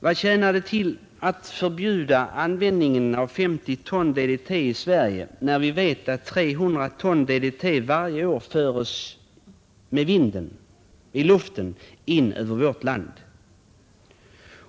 Vad tjänar det till att förbjuda användningen av 50 ton DDT i Sverige, när vi vet att 300 ton varje år föres in med vinden över vårt land?